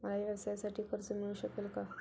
मला व्यवसायासाठी कर्ज मिळू शकेल का?